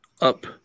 up